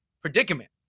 predicament